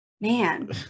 man